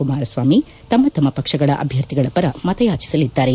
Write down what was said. ಕುಮಾರಸ್ವಾಮಿ ತಮ್ಮತಮ್ಮ ಪಕ್ಷಗಳ ಅಭ್ಯರ್ಥಿಗಳ ಪರ ಮತ ಯಾಜಿಸಲಿದ್ದಾರೆ